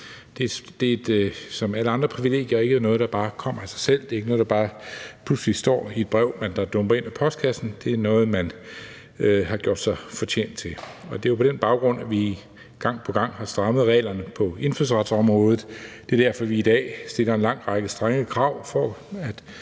ikke noget, der bare kommer af sig selv. Det er ikke noget, der bare pludselig står i et brev, der dumper ned i postkassen. Det er noget, man har gjort sig fortjent til. Det er jo på den baggrund, at vi gang på gang har strammet reglerne på indfødsretsområdet. Det er derfor, vi i dag stiller en lang række strenge krav, før